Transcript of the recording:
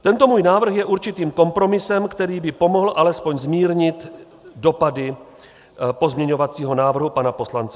Tento můj návrh je určitým kompromisem, který by pomohl alespoň zmírnit dopady pozměňovacího návrhu pana poslance Schillera.